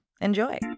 Enjoy